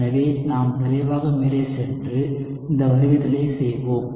எனவே நாம் விரைவாக மேலே சென்று இந்த வருவித்தலைச் செய்வோம்